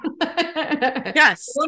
Yes